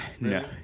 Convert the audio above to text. No